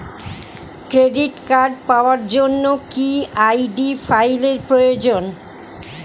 Credit card পাওয়ার জন্য কি আই.ডি ফাইল এর প্রয়োজন?